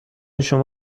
شما